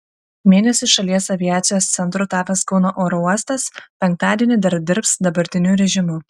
mėnesiui šalies aviacijos centru tapęs kauno oro uostas penktadienį dar dirbs dabartiniu režimu